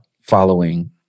following